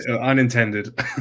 Unintended